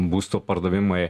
būstų pardavimai